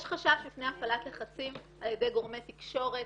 יש חשש מפני הפעלת לחצים על ידי גורמי תקשורת